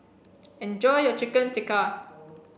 enjoy your Chicken Tikka